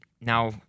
now